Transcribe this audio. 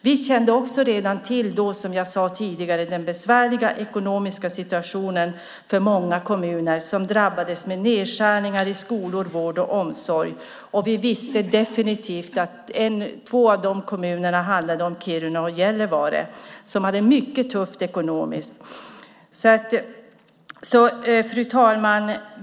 Vi kände också redan då till, som jag sade tidigare, den besvärliga ekonomiska situationen för många kommuner som drabbades av nedskärningar i skolor, vård och omsorg. Vi visste definitivt att två av de kommuner som hade det mycket tufft ekonomiskt var Kiruna och Gällivare. Fru talman!